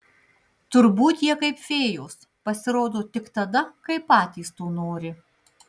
turbūt jie kaip fėjos pasirodo tik tada kai patys to nori